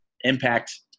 impact